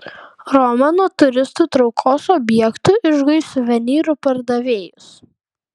roma nuo turistų traukos objektų išguis suvenyrų pardavėjus